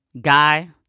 Guy